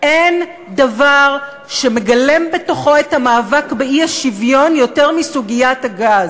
אין דבר שמגלם בתוכו את המאבק באי-שוויון יותר מסוגיית הגז.